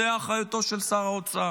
זו אחריותו של שר האוצר.